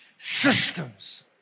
systems